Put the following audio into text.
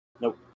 Nope